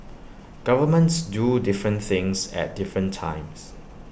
governments do different things at different times